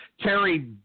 Terry